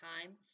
time